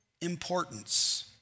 importance